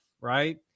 right